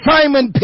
Simon